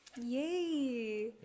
Yay